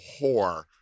whore